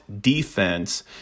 defense